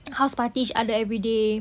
house party each other everyday